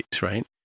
right